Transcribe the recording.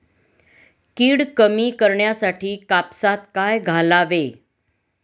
कीड कमी करण्यासाठी कापसात काय घालावे?